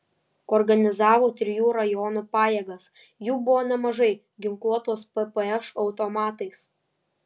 organizavo trijų rajonų pajėgas jų buvo nemažai ginkluotos ppš automatais